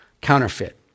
counterfeit